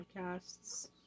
podcasts